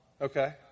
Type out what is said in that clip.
Okay